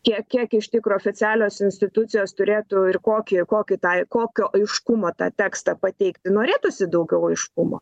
kiek kiek iš tikro oficialios institucijos turėtų ir kokį kokį tai kokio aiškumo tą tekstą pateikti norėtųsi daugiau aiškumo